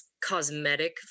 cosmetic